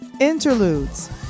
Interludes